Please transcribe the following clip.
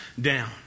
down